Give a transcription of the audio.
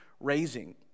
raising